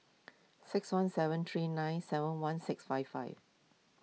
six one seven three nine seven one six five five